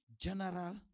general